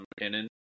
McKinnon